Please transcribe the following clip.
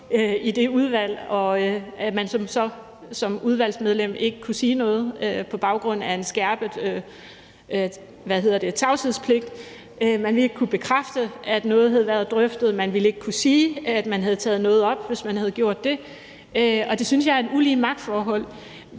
i det udvalg, og at man så som udvalgsmedlem ikke kunne sige noget på baggrund af en skærpet tavshedspligt. Man kunne ikke lige bekræfte, at noget var blevet drøftet, man kunne ikke sige, at man havde taget noget op, hvis man havde gjort det, og det synes jeg er et ulige magtforhold.